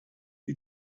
die